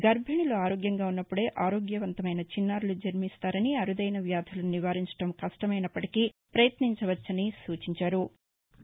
గర్బిణులు ఆరోగ్యంగా ఉన్నప్నుడే ఆరోగ్యవంతమైన చిన్నారులు జన్మిస్తారని అరుదైన వ్యాధులను నివారించడం కష్టమైనప్పటికీ ప్రయత్నించవచ్చని సూచించారు